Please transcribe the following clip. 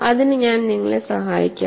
അതിന് ഞാൻ നിങ്ങളെ സഹായിക്കാം